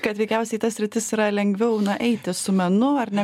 kad veikiausiai į tas sritis yra lengviau na eiti su menu ar ne